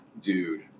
dude